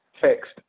text